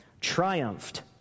triumphed